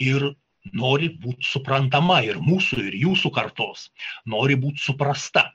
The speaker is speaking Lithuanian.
ir nori būt suprantama ir mūsų ir jūsų kartos nori būt suprasta